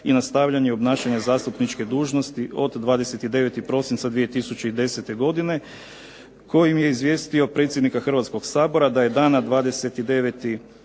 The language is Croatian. i nastavljanje obnašanja zastupničke dužnosti od 29. prosinca 2010. godine, kojim je izvijestio predsjednika Hrvatskog sabora da je dana 29.